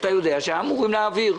שאתה יודע שהיו אמורים להעביר.